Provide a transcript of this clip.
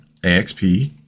AXP